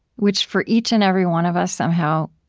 which, for each and every one of us, somehow,